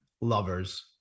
lovers